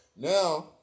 now